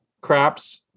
craps